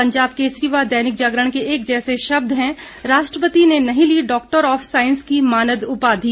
पंजाब केसरी व दैनिक जागरण के एक जैसे शब्द हैं राष्ट्रपति ने नहीं ली डॉक्टर ऑफ साइंस की मानद उपाधि